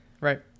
Right